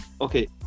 Okay